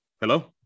Hello